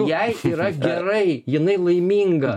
jai yra gerai jinai laiminga